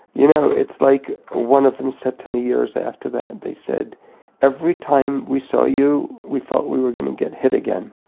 you know, it's like one of them said to me years after that, they said every time we saw you we felt we were gonna get hit again.